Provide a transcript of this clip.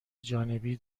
جانبی